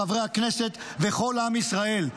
חברי הכנסת וכל עם ישראל.